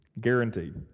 Guaranteed